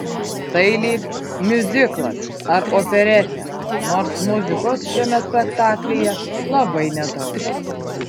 tai lyg miuziklas ar operetė nors muzikos šiame spektaklyje labai nedaug